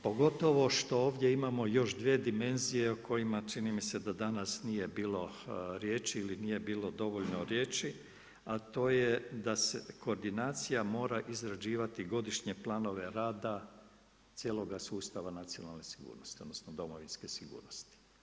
Pogotovo što ovdje imamo još svije dimenzije o kojima čini se da danas nije bilo riječi ili nije bilo dovoljno riječi, a to je da se koordinacija mora izrađivati godišnje planove rada cijeloga sustava nacionalne sigurnosti, odnosno Domovinske sigurnosti.